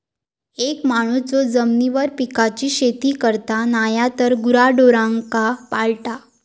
एक माणूस जो जमिनीवर पिकांची शेती करता नायतर गुराढोरांका पाळता